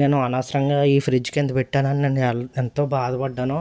నేను అనవసరంగా ఈ ఫ్రిడ్జ్ కింత పెట్టానని నన్ను యల్ ఎంతో బాధపడ్డాను